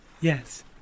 Yes